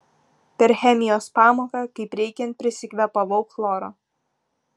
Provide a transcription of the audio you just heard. per chemijos pamoką kaip reikiant prisikvėpavau chloro